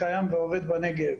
ועובד בנגב.